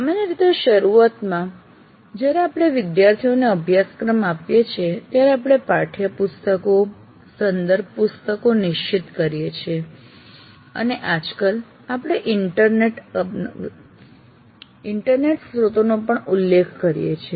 સામાન્ય રીતે શરૂઆતમાં જ્યારે આપણે વિદ્યાર્થીઓને અભ્યાસક્રમ આપીએ છીએ ત્યારે આપણે પાઠ્યપુસ્તકો સંદર્ભ પુસ્તકો નિશ્ચિત કરીએ છીએ અને આજકાલ આપણે ઇન્ટરનેટ સ્રોતોનો પણ ઉલ્લેખ કરીએ છીએ